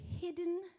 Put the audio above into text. hidden